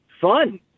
fun